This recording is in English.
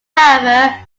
however